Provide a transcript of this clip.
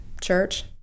church